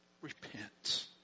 repent